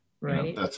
Right